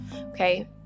Okay